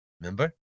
remember